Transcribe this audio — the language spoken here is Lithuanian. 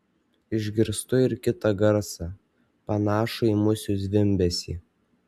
išgirstu ir kitą garsą panašų į musių zvimbesį